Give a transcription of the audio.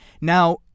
Now